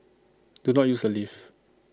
do not use the lift